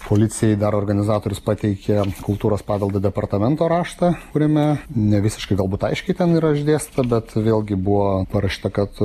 policijai dar organizatorius pateikia kultūros paveldo departamento raštą kuriame ne visiškai galbūt aiškiai ten yra išdėstyta bet vėlgi buvo parašyta kad